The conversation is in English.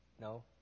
No